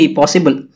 possible